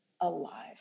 alive